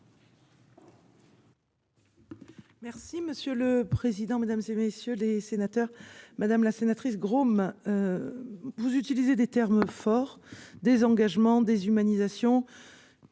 Merci monsieur le président, Mesdames, et messieurs les sénateurs, madame la sénatrice. Vous utilisez des termes forts désengagement déshumanisation.